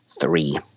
three